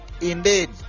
Indeed